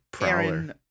Aaron